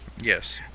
Yes